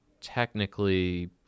technically